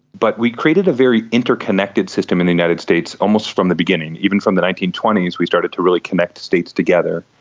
but we created a very interconnected system in the united states almost from the beginning, even from the nineteen twenty s we started to really connect states together,